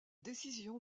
décision